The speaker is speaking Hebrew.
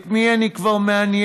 את מי אני כבר מעניין?